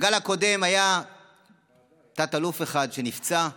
בגל הקודם היה תת-אלוף אחד שנפצע,